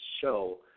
show